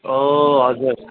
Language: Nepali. हजुर